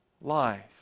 life